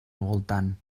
voltant